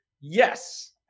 yes